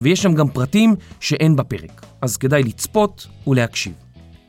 ויש שם גם פרטים שאין בפרק, אז כדאי לצפות ולהקשיב.